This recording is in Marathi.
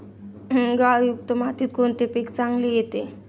गाळयुक्त मातीत कोणते पीक चांगले येते?